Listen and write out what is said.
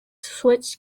switch